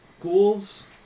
Ghouls